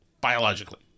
biologically